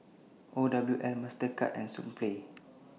OWL Mastercard and Sunplay